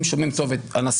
אם שומעים טוב את הנשיא,